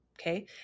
Okay